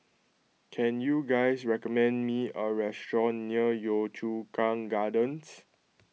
can you guys recommend me a restaurant near Yio Chu Kang Gardens